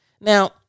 now